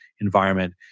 environment